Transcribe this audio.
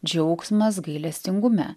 džiaugsmas gailestingume